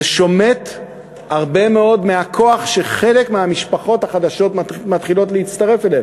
זה שומט הרבה מאוד מהכוח שחלק מהמשפחות החדשות מתחילות להצטרף אליו.